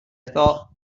thought